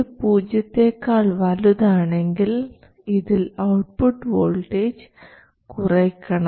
ഇത് പൂജ്യത്തെക്കാൾ വലുതാണെങ്കിൽ ഇതിൽ ഔട്ട്പുട്ട് വോൾട്ടേജ് കുറയ്ക്കണം